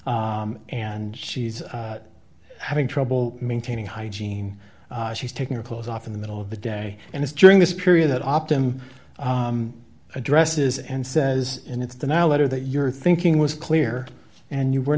and she's having trouble maintaining hygiene she's taking her clothes off in the middle of the day and it's drawing this period that optum addresses and says and it's the now letter that you're thinking was clear and you were